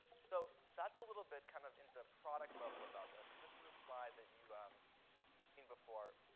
so that's a little bit kind of in the product level about this. and this is a slide that you've um you've seen before.